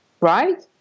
right